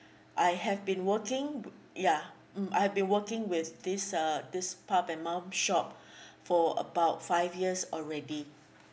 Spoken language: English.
I have been working ya mm I've been working with this uh this pop and mum shop for about five years already